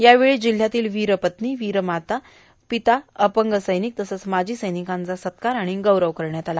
यावेळी जिल्ह्यातील वीरपत्नी वीरमाता र्भापता अपंग सैौनक तसंच माजी सैौनकांचा सत्कार आर्भाण गौरव करण्यात आला